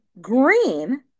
green